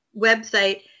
website